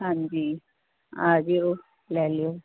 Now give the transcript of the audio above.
ਹਾਂਜੀ ਆਜਿਓ ਲੈ ਲਿਓ